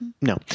No